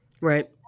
Right